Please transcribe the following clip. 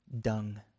dung